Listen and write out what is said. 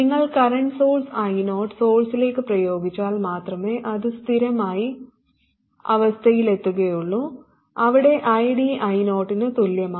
നിങ്ങൾ current source I0 സോഴ്സിലേക്ക് പ്രയോഗിച്ചാൽ മാത്രമേ അത് സ്ഥിരമായ അവസ്ഥയിലെത്തുകയുള്ളൂ അവിടെ ID I0 ന് തുല്യമാണ്